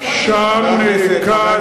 שם נעקד,